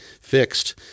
fixed